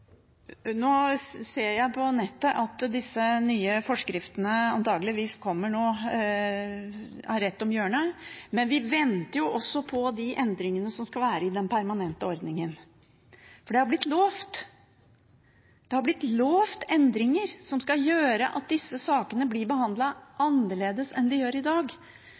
ser på Internett at de nye forskriftene antageligvis er rett rundt hjørnet, men vi venter også på de endringene som skal være i den permanente ordningen. Det har blitt lovt endringer som skal gjøre at disse sakene blir behandlet annerledes enn i dag,